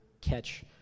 catch